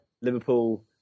Liverpool